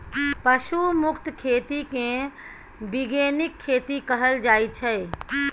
पशु मुक्त खेती केँ बीगेनिक खेती कहल जाइ छै